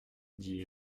dit